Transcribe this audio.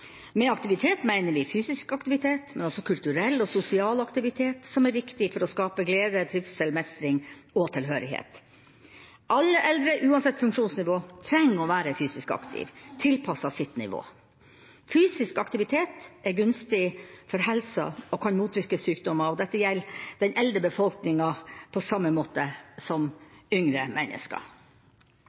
Med aktivitet mener vi fysisk aktivitet, men også kulturell og sosial aktivitet, som er viktig for å skape glede, trivsel, mestring og tilhørighet. Alle eldre, uansett funksjonsnivå, trenger å være fysisk aktiv tilpasset sitt nivå. Fysisk aktivitet er gunstig for helsa og kan motvirke sykdommer – dette gjelder den eldre befolkning på samme måte som yngre mennesker.